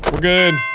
we're good.